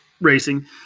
racing